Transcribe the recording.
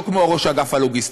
לא כמו ראש אגף הלוגיסטיקה,